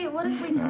yeah what if we